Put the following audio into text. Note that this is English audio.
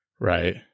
right